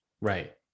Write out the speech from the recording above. Right